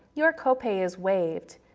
your copay is waived.